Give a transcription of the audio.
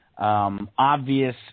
Obvious